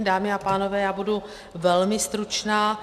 Dámy a pánové, já budu velmi stručná.